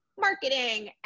marketing